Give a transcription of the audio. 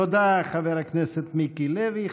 תודה, חבר הכנסת מיקי לוי.